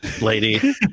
lady